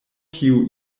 kiu